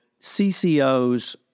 CCOs